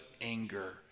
anger